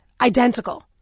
identical